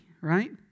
right